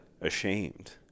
ashamed